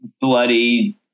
bloody